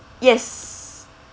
yes